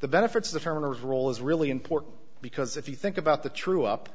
the benefits the farmers role is really important because if you think about the true up